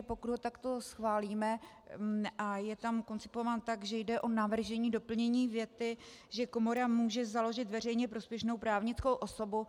Pokud ho takto schválíme, je koncipován tak, že jde o navržení doplnění věty, že komora může založit veřejně prospěšnou právnickou osobu.